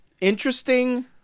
interesting